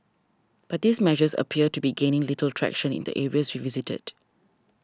but these measures appear to be gaining little traction in the areas we visited